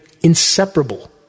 inseparable